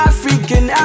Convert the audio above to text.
African